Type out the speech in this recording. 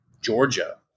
Georgia